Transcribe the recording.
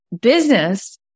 business